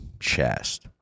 chest